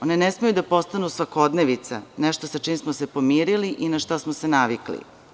One ne smeju da postanu svakodnevnica, nešto sa čim smo se pomirili i na šta smo se navikli.